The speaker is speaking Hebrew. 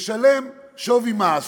הוא משלם שווי מס